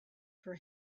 for